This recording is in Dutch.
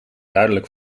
duidelijk